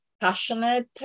passionate